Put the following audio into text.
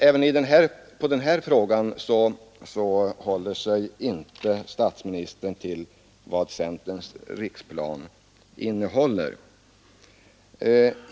Inte heller på den punkten håller sig statsministern till vad centerns riksplan innehåller.